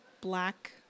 black